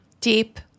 Deep